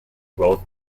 growth